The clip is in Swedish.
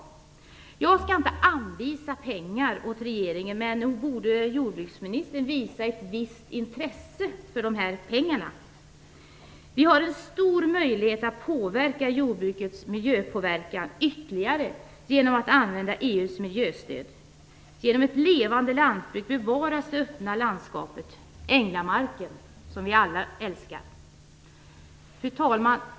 Jag skall inte anvisa pengar åt regeringen, men nog borde jordbruksministern visa ett visst intresse för de här pengarna. Vi har en stor möjlighet att påverka jordbrukets miljöpåverkan ytterligare genom att använda EU:s miljöstöd. Genom ett levande lantbruk bevaras det öppna landskapet, ängsmarken som vi alla älskar. Fru talman!